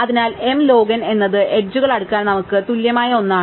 അതിനാൽ m log n എന്നത് എഡ്ജുകൾ അടുക്കാൻ നമുക്ക് തുല്യമായ ഒന്നാണ്